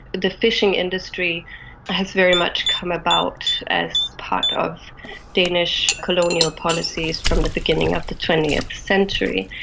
the fishing industry has very much come about as part of danish colonial policies from the beginning of the twentieth century,